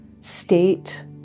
state